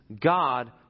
God